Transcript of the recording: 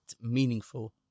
meaningful